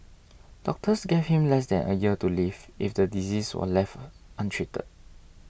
doctors gave him less than a year to live if the disease was left untreated